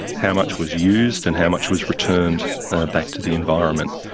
how much was used and how much was returned back to the environment.